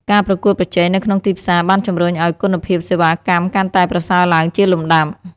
ការប្រកួតប្រជែងនៅក្នុងទីផ្សារបានជំរុញឲ្យគុណភាពសេវាកម្មកាន់តែប្រសើរឡើងជាលំដាប់។